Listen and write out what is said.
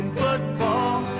football